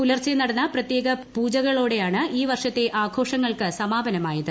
പുലർച്ചെ നടന്ന പ്രത്യേക പൂജകളോടെയാണ് ഈ വർഷത്തെ ആഘോഷങ്ങൾക്ക് സമാപനമായത്